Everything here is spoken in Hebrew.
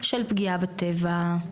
של פגיעה בטבע,